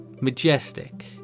majestic